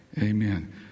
Amen